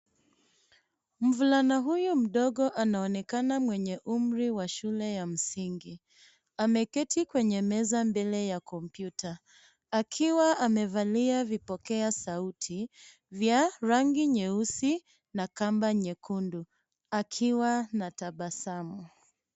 Mvulana huyu mdogo anaonekana mwenye umri wa shule ya msingi. Ameketi kwenye meza mbele ya kompyuta akiwa amevalia vipokea sauti vya rangi nyeusi na kamba nyekundu akiwa na tabasamu.